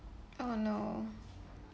oh no